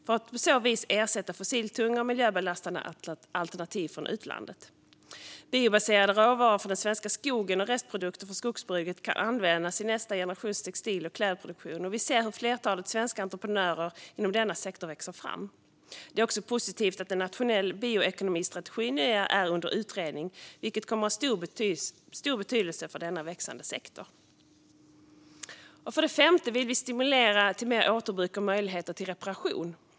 På så vis kan man ersätta fossiltunga och miljöbelastande alternativ från utlandet. Biobaserade råvaror från den svenska skogen och restprodukter från skogsbruket kan användas i nästa generations textil och klädproduktion, och vi ser hur ett flertal svenska entreprenörer inom denna sektor växer fram. Det är också positivt att en nationell bioekonomistrategi nu är under utredning, vilket kommer att ha stor betydelse för denna växande sektor. Det femte förslaget är att stimulera till mer återbruk och möjligheter till reparation.